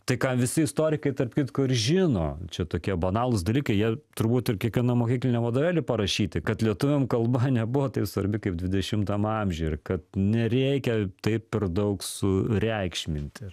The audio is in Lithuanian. tai ką visi istorikai tarp kitko ir žino čia tokie banalūs dalykai jie turbūt ir kiekvienam mokykliniam vadovėly parašyti kad lietuviam kalba nebuvo taip svarbi kaip dvidešimtam amžiui ir kad nereikia taip per daug sureikšminti